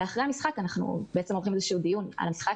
אחרי המשחק אנחנו עורכים דיון על המשחק